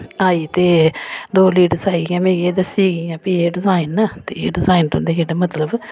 आई ते दो लेडीस आई गेइयां मिगी एह् दस्सियै गेइयां भाई एह् डिजाइन न ते एह् डिजाइन तुंदे जेह्ड़े मतलब